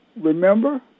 remember